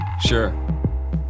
Sure